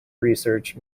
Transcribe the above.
research